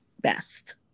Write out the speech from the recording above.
best